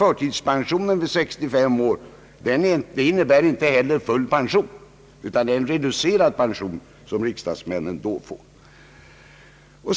Förtidspensionen vid 65 år innebär alltså inte full pension utan det är en reducerad pension som riksdagsmännen då får.